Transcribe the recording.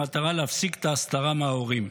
במטרה להפסיק את ההסתרה מההורים.